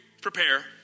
prepare